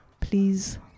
please